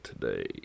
today